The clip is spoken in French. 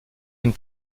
une